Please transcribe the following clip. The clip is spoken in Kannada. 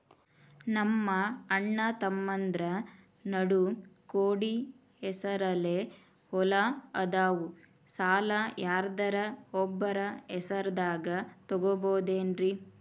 ನಮ್ಮಅಣ್ಣತಮ್ಮಂದ್ರ ನಡು ಕೂಡಿ ಹೆಸರಲೆ ಹೊಲಾ ಅದಾವು, ಸಾಲ ಯಾರ್ದರ ಒಬ್ಬರ ಹೆಸರದಾಗ ತಗೋಬೋದೇನ್ರಿ?